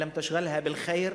אִן לַם תְּשַעֵ'לְהַא בִּאל-חֵ'יר,